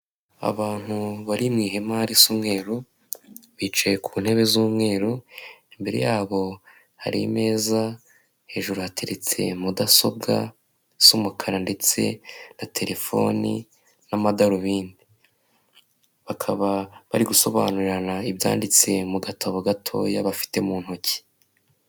Abantu bari mu ihema risa umweru, bicaye ku ntebe z'umweru, imbere yabo hari imeza hejuru hateretse mudasobwa z'umukara ndetse na telefoni n'amadarubindi, bakaba bari gusobanurirana ibyanditse mu gatabo gatoya bafite mu ntoki.